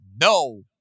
no